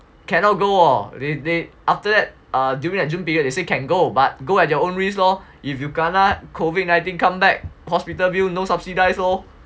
cannot go orh they they after that during the june period they say can go but go at your own risk lor if you kena COVID nineteen come back hospital bill no subsidize lor